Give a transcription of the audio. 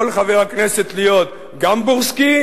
יכול חבר הכנסת להיות גם בורסקי